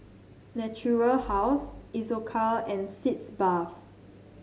Natura House Isocal and Sitz Bath